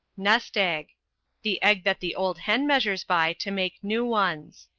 nest-egg the egg that the old hen measures by, to make new ones.